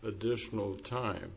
additional time